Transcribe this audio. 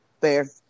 Fair